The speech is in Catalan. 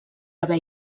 haver